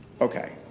Okay